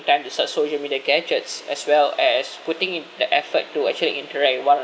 time to search social media gadgets as well as putting in the effort to actually interact with one